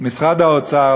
למשרד האוצר,